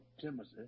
Timothy